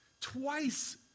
Twice